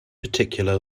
particular